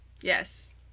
Yes